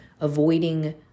avoiding